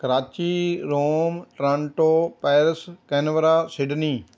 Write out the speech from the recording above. Karachi Rome Toronto Paris Canberra Sydney